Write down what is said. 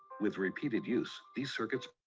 with repeated use the circuits.